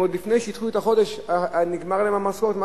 עוד לפני שהתחילו את החודש נגמרה להם המשכורת.